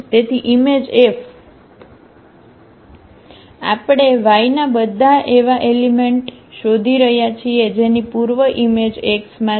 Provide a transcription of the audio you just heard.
તેથી image F આપણે y ના બધા એવા એલિમેંટ શોધી રહ્યા છીએ જેની પૂર્વ ઈમેજ X માં છે